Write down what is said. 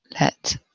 Let